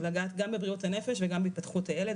לגעת גם בבריאות הנפש וגם בהתפתחות הילד,